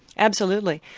absolutely.